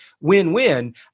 win-win